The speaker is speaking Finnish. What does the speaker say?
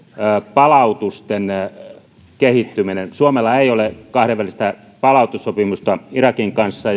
palautusten kehittyminen suomella ei ole kahdenvälistä palautussopimusta irakin kanssa ja